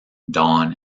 don